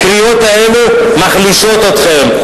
הקריאות האלה מחלישות אתכם.